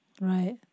right